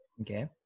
Okay